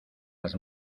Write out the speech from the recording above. las